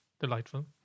delightful